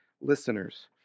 listeners